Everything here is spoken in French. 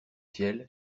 ciel